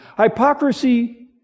Hypocrisy